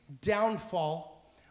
downfall